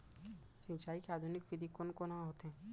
सिंचाई के आधुनिक विधि कोन कोन ह होथे?